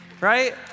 right